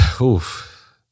oof